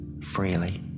freely